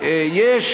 אדוני, מה עושים?